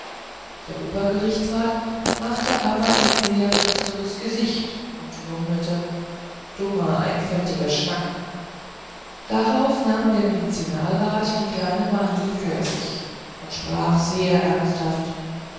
der obergerichtsrat machte aber ein sehr finsteres gesicht und murmelte dummer einfältiger schnack darauf nahm der medizinalrat die kleine marie vor sich und sprach sehr ernsthaft